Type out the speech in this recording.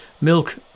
Milk